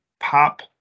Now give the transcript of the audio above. pop